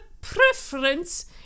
preference